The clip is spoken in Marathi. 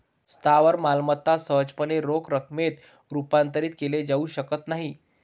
स्थावर मालमत्ता सहजपणे रोख रकमेत रूपांतरित केल्या जाऊ शकत नाहीत